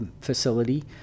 facility